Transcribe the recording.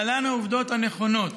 להלן העובדות הנכונות: